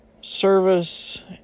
service